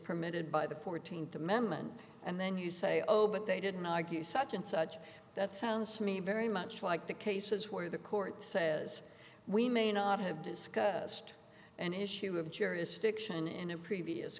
permitted by the th amendment and then you say oh but they didn't argue such and such that sounds to me very much like the cases where the court says we may not have discussed an issue of jurisdiction in a previous